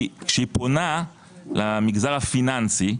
כשפונה למגזר הפיננסי,